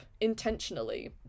intentionally